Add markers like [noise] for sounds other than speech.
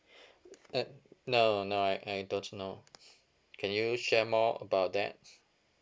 [breath] [noise] uh no no I I don't know can you share more about that